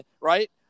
right